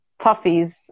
toughies